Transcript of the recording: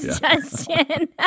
Justin